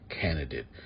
candidate